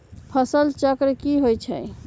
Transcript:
फसल चक्र की होई छै?